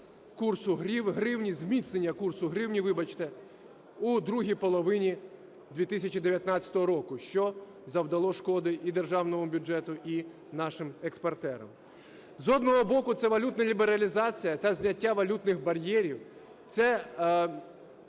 курсу гривні, зміцнення курсу гривні, вибачте, у другій половині 2019 року, що завдало шкоди і державному бюджету, і нашим експортерам. З одного боку, це валютна лібералізація та зняття валютних бар'єрів, це